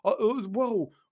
Whoa